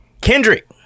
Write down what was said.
Kendrick